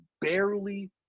barely